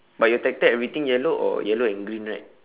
but your tractor everything yellow or yellow and green right